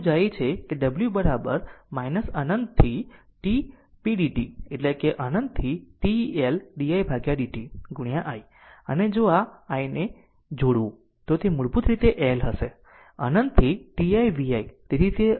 સંગ્રહિત ઉર્જા એ છે કે w અનંતથી t pdt એટલે કે અનંતથી t L didt i અને જો આ 1 ને જોડવું તો તે મૂળભૂત રીતે તે L હશે અનંતથી t i vi